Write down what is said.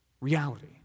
reality